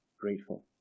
Grateful